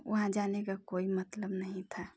वहाँ जाने का कोई मतलब नहीं था